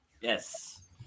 Yes